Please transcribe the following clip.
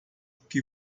que